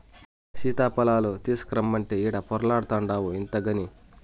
సీతాఫలాలు తీసకరమ్మంటే ఈడ పొర్లాడతాన్డావు ఇంతగని